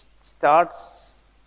starts